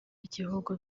y’igihugu